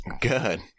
Good